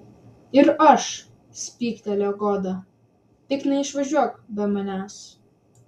ir aš spygtelėjo goda tik neišvažiuok be manęs